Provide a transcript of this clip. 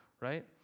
right